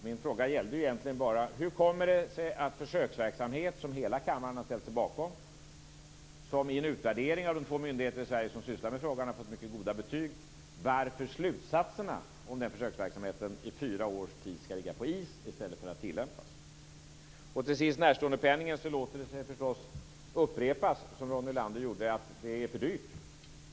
Min fråga gällde egentligen bara: Hur kommer det sig, beträffande den försöksverksamhet som hela kammaren har ställt sig bakom och som vid en utvärdering av de två myndigheter i Sverige som sysslar med frågan har fått mycket goda betyg, att slutsatserna under fyra års tid skall ligga på is i stället för att tillämpas? I fråga om närståendepenningen låter det sig förstås upprepas, som Ronny Olander gjorde, att det är för dyrt.